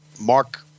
Mark